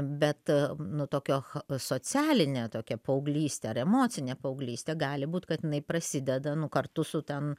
bet nu tokio socialinė tokia paauglystė ar emocinė paauglystė gali būt kad jinai prasideda nu kartu su ten